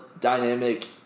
dynamic